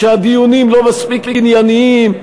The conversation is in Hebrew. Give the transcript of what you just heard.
שהדיונים לא מספיק ענייניים,